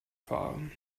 fahren